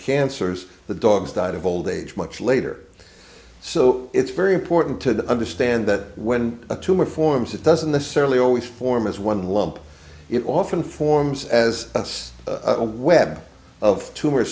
cancers the dogs died of old age much later so it's very important to understand that when a tumor forms it doesn't necessarily always form as one lump it often forms as us a web of tumor